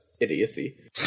idiocy